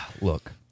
Look